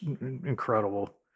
incredible